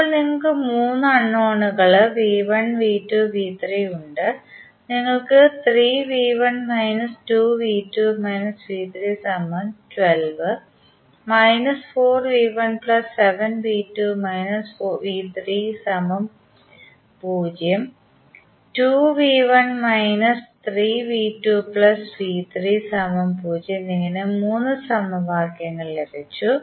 ഇപ്പോൾ നിങ്ങൾക്ക് മൂന്ന് അൺനോണുകൾ ഉണ്ട് നിങ്ങൾക്ക്എന്നിങ്ങനെ മൂന്ന് സമവാക്യങ്ങൾ ലഭിച്ചു